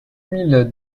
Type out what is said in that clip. mille